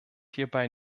hierbei